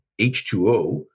H2O